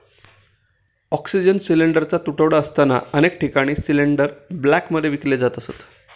oxygen सिलिंडरचा तुटवडा असताना अनेक ठिकाणी सिलिंडर ब्लॅकमध्ये विकले जात असत